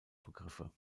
begriffe